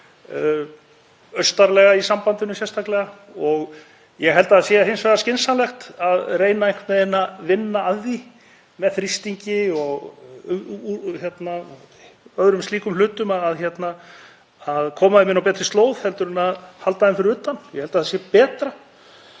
austarlega í sambandinu sérstaklega. Ég held að það sé hins vegar skynsamlegt að reyna einhvern veginn að vinna að því með þrýstingi og öðrum slíkum hlutum að koma þeim inn á betri slóð en að halda þeim fyrir utan. Ég held að það sé betra.